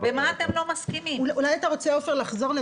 אנחנו מציעים,